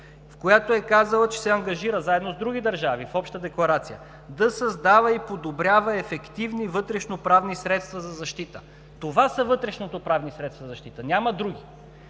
в който е казала, че се ангажира, заедно с други държави, в обща декларация, да създава и подобрява ефективни вътрешноправни средства за защита. Това са вътрешноправните средства за защита, няма други.